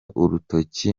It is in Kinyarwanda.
urutoki